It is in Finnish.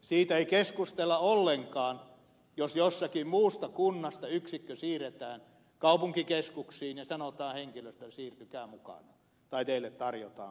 siitä ei keskustella ollenkaan jos jostakin muusta kunnasta yksikkö siirretään kaupunkikeskuksiin ja sanotaan henkilöstölle että siirtykää mukana tai teille tarjotaan mahdollisuus